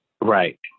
Right